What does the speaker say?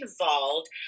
involved